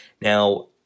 Now